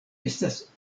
estas